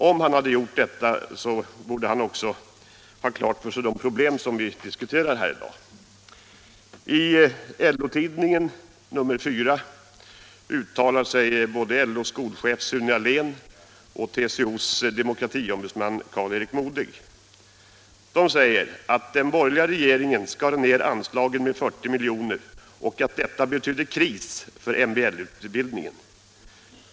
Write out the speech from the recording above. Om han gör det borde han ha klart för sig de problem som vi diskuterar i dag. I LO-tidningen nr 4 uttalar sig både LO:s skolchef Sune Ahlén och TCO:s demokratiombudsman Karl-Erik Modig. De säger att den borgerliga regeringen skar ned anslaget med 40 milj.kr. och att detta betydde kris för MBL-utbildningen.